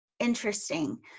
Interesting